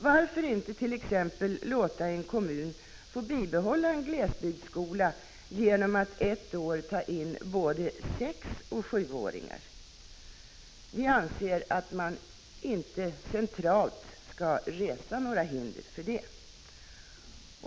Varför inte t.ex. låta en kommun få bibehålla en glesbygdsskola genom att ett år ta in både sexoch sjuåringar? Vi anser att man inte centralt skall resa några hinder för det.